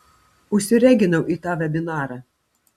užsireginau į tą vebinarą